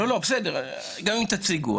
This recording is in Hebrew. בסדר, גם אם תציגו.